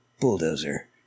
bulldozer